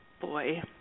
boy